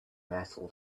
metal